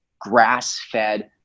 grass-fed